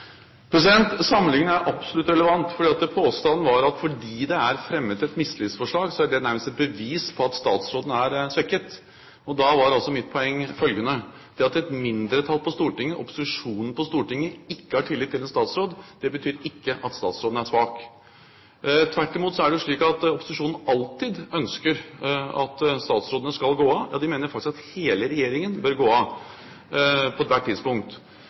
er absolutt relevant, for påstanden var at fordi det er fremmet et mistillitsforslag, er dét nærmest et bevis på at statsråden er svekket. Mitt poeng var altså følgende: Det at et mindretall på Stortinget, opposisjonen på Stortinget, ikke har tillit til en statsråd, betyr ikke at statsråden er svak. Tvert imot er det slik at opposisjonen alltid ønsker at statsrådene skal gå av – ja, de mener faktisk at hele regjeringen bør gå av, på ethvert tidspunkt.